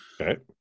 Okay